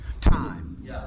time